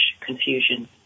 confusion